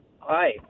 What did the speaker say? hi